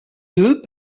deux